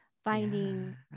Finding